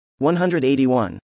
181